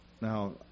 Now